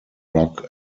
rock